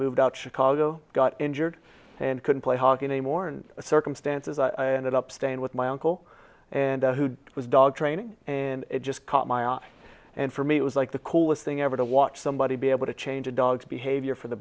moved out chicago got injured and couldn't play hockey anymore and circumstances i ended up staying with my uncle and who was dog training and it just caught my eye and for me it was like the coolest thing ever to watch somebody be able to chase dogs behavior for the